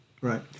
Right